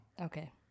Okay